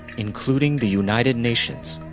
including the united nations,